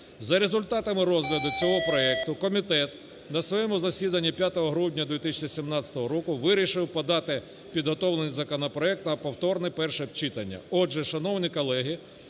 За результатами розгляду цього проекту комітет на своєму засіданні 5 грудня 2017 року вирішив подати підготовлений законопроект на повторне перше читання.